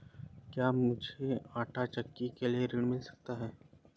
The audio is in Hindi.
क्या मूझे आंटा चक्की के लिए ऋण मिल सकता है?